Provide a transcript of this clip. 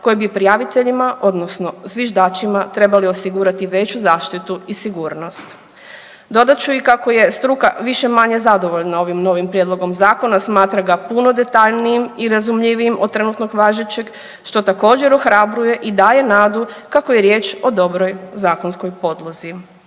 koji bi prijaviteljima odnosno zviždačima trebali osigurati veću zaštitu i sigurnost. Dodat ću i kako je struka više-manje zadovoljna ovim novim prijedlogom zakona, smatra ga punim detaljnijim i razumljivijim od trenutnog važećeg što također ohrabruje i daje nadu kako je riječ o dobroj zakonskoj podlozi.